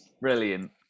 Brilliant